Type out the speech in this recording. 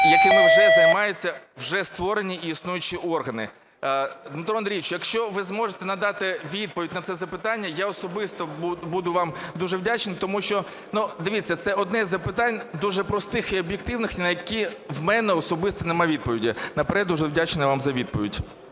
якими вже займаються, вже створені і існуючі органи? Дмитро Андрійович, якщо ви зможете надати відповідь на це запитання, я особисто буду вам дуже вдячний. Тому що, дивіться, це одне з запитань дуже простих і об'єктивних, і на які у мене особисто немає відповіді. Наперед дуже вдячний вам за відповідь.